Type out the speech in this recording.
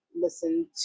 listen